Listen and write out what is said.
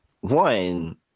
one